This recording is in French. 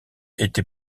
été